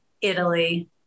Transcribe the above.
italy